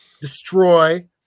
destroy